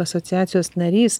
asociacijos narys